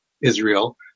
Israel